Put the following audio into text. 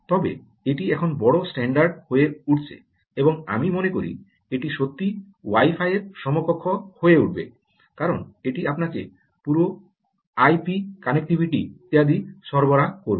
তবে এটি এখন বড় স্ট্যান্ডার্ড হয়ে উঠছে এবং আমি মনে করি এটি সত্যিই ওয়াই ফাই এর সমকক্ষ হয়ে উঠবে কারণ এটি আপনাকে পুরো আইপি কানেক্টিভিটি ইত্যাদি সরবরাহ করবে